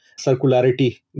circularity